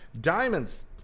diamonds